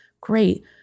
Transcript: Great